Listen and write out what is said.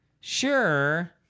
Sure